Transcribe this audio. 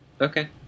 Okay